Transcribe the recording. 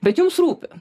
bet jums rūpi